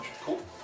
Cool